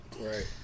Right